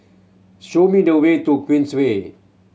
show me the way to Queensway